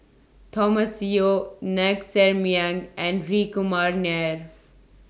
Thomas Yeo Ng Ser Miang and Hri Kumar Nair